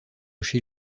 chez